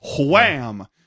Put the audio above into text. Wham